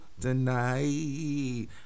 tonight